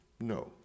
no